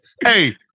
Hey